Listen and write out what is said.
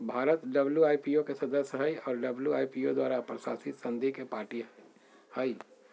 Bharat W I P O के सदस्य हइ और डब्ल्यू.आई.पी.ओ द्वारा प्रशासित संधि के पार्टी हइ